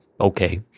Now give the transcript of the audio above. okay